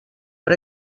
per